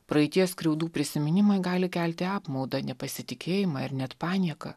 praeities skriaudų prisiminimai gali kelti apmaudą nepasitikėjimą ir net panieką